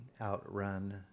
outrun